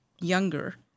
younger